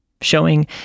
showing